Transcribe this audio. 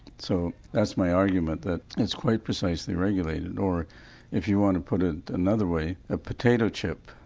so that's my argument that it's quite precisely regulated or if you want to put it another way, a potato chip,